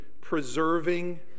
preserving